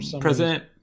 president